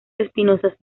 espinosas